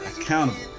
accountable